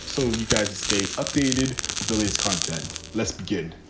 so you guys stay updated with the latest content. let's begin.